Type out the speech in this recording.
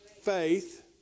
faith